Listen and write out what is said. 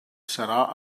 serà